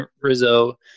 Rizzo